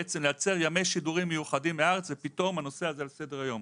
לייצר ימי שידורים מיוחדים מהארץ ופתאום הנושא הזה על סדר-היום.